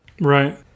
Right